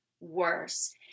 worse